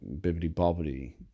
Bibbidi-Bobbidi